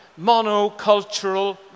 monocultural